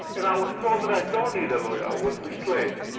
and i was told that i don't need a lawyer. i was misled.